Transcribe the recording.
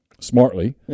smartly